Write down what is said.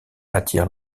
attire